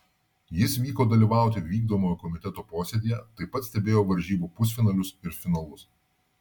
jis vyko dalyvauti vykdomojo komiteto posėdyje taip pat stebėjo varžybų pusfinalius ir finalus